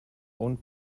owned